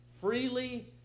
freely